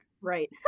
Right